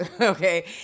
Okay